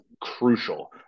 crucial